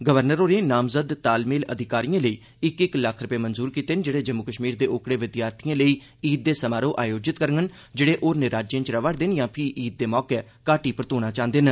governor होरें नामज़द liaison अधिकारिए लेई इक इक लक्ख रपे मंजूर कीते न जेह्ड़े जम्मू कश्मीर दे ओकड़े विद्यार्थिएं लेई ईद दे समारोह आयोजित करना चांह्दे न जेहड़े होरने राज्यें च रवा'रदे न यां फ्ही ईद दे मौके घाटी परतोना चांह्दे न